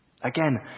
Again